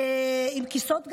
עם כיסאות גלגלים,